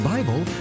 Bible